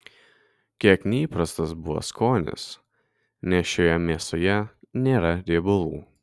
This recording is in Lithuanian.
kiek neįprastas buvo skonis nes šioje mėsoje nėra riebalų